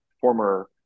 former